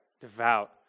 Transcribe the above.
devout